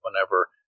whenever